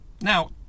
Now